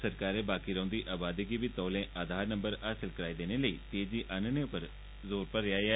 सरकारै बाकी रौंह्दी अबादी गी बी तौले अधार नंबर हासल कराई देने लेई तेजी आन्नने पर जोर दित्ता ऐ